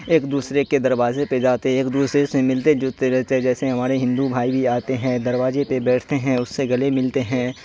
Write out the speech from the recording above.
ایک دوسرے کے دروازے پہ جاتے ایک دوسرے سے ملتے جلتے رہتے جیسے ہمارے ہندو بھائی بھی آتے ہیں دروازے پہ بیٹھتے ہیں اس سے گلے ملتے ہیں